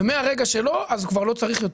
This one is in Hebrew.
ומהרגע שלא כבר לא צריך יותר.